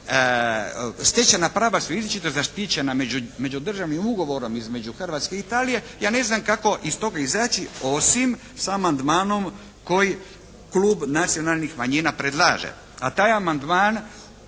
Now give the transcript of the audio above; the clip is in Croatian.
stečena prava su izričito zaštićena međudržavnim ugovorom između Hrvatske i Italije ja ne znam kako iz toga izaći osim sa amandmanom koji klub Nacionalnih manjina predlaže, a taj amandman